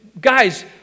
guys